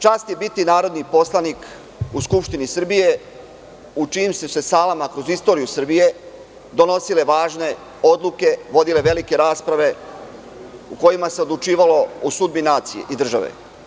Čast je biti narodni poslanik u Skupštini Srbije u čijim su se salama kroz istoriju Srbije donosile važne odluke, vodile velike rasprave u kojima se odlučivalo o sudbi nacije i države.